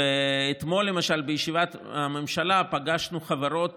אתמול, למשל, בישיבת הממשלה, פגשנו חברות